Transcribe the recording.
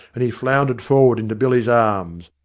and he floundered forward into billy's arms.